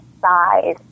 size